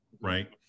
right